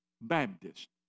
Baptist